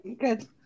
good